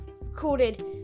recorded